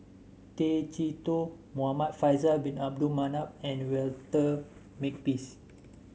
Tay Chee Toh Muhamad Faisal Bin Abdul Manap and Walter Makepeace